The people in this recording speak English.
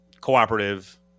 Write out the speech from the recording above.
cooperative